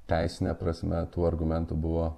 teisine prasme tų argumentų buvo